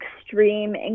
extreme